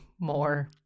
more